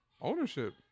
Ownership